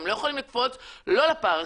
הם לא יכולים לקפוץ לא לפארק,